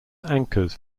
anchors